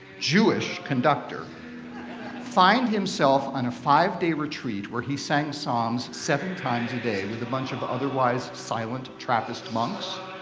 jewish conductor find himself on a five-day retreat where he sang psalms seven times a day with a bunch of otherwise silent trappist monks?